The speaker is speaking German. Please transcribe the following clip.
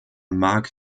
marc